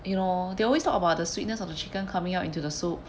you know they always talk about the sweetness of the chicken coming out into the soup